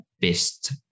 best